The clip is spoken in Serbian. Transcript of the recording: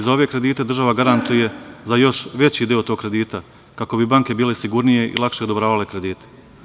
Za ove kredite država garantuje još veći deo tog kredita, kako bi banke bile sigurnije i lakše odobravale kredite.